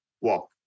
walk